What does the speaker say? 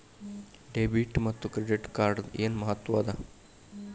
Debit ಮತ್ತ credit ಕಾರ್ಡದ್ ಏನ್ ಮಹತ್ವ ಅದ?